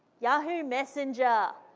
yahoo messenger.